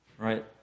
Right